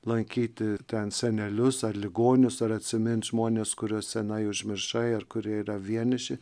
lankyti ten senelius ar ligonius ar atsimint žmones kuriuos senai užmiršai ar kurie yra vieniši